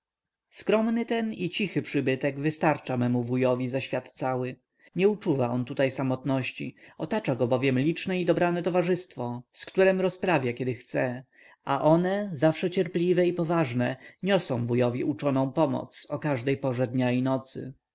skromny ten i cichy przybytek wystarcza memu wujowi za świat cały nie uczuwa on tutaj samotności otacza go bowiem liczne i dobrane towarzystwo ukryte w szafach pełno tu znakomitości z któremi rozprawia kiedy chce a one zawsze cierpliwe i poważne niosą wujowi uczoną pomoc o każdej porze dnia i nocy